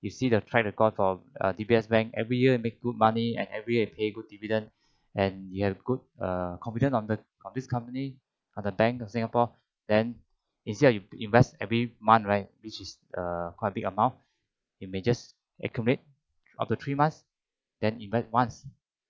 you see the trial report of a D_B_S bank every year you make good money and every year you pay with dividend and you have good uh confident on the on this company on the bank of singapore then instead of you invest every month right which is err quite a big amount you may just accumulate of three months then invest once